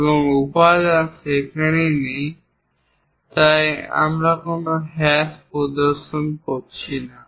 এবং উপাদান সেখানে নেই তাই আমরা কোন হ্যাশ প্রদর্শন করছি না